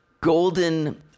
golden